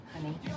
Honey